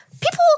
People